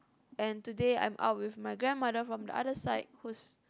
and today I'm out with my grandmother from the other side who's